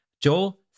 Joel